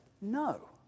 no